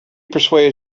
persuaded